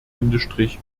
und